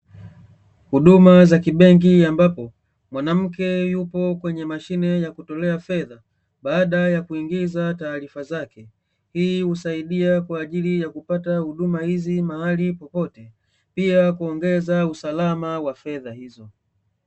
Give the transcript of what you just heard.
Huduma za kibenki ambapo, mwanamke yupo kwenye mashine ya kutolea fedha baada ya kuingiza taarifa zake, hii husaidia kwaajili ya kupata huduma hizi mahali popote, pia kuongeza usakama wa fedha hizo.